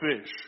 fish